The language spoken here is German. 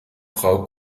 frau